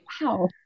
Wow